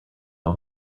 all